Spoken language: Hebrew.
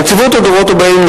נציבות הדורות הבאים,